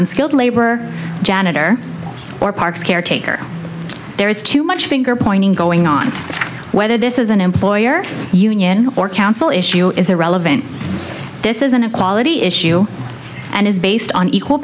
unskilled labor janitor or parks caretaker there is too much finger pointing going on whether this is an employer union or council issue is irrelevant this is an equality issue and is based on equal